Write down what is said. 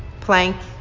Plank